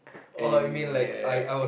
and that